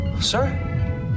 Sir